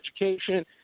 Education